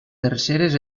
terceres